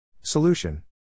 Solution